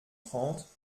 trente